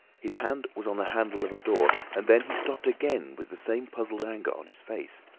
his hand was on the handle of a door, and then he stopped again with the same puzzled anger on his face.